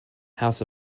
houses